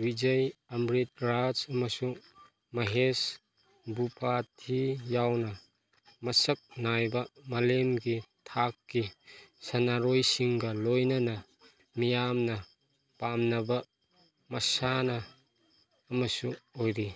ꯕꯤꯖꯩ ꯑꯝꯔꯤꯠ ꯔꯥꯖ ꯑꯃꯁꯨꯡ ꯃꯍꯦꯁ ꯚꯨꯄꯥꯊꯤ ꯌꯥꯎꯅ ꯃꯁꯛ ꯅꯥꯏꯕ ꯃꯥꯂꯦꯝꯒꯤ ꯊꯥꯛꯀꯤ ꯁꯥꯟꯅꯔꯣꯏꯁꯤꯡꯒ ꯂꯣꯏꯅꯅ ꯃꯤꯌꯥꯝꯅ ꯄꯥꯝꯅꯕ ꯃꯁꯥꯟꯅ ꯑꯃꯁꯨ ꯑꯣꯏꯔꯤ